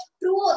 true